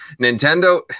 Nintendo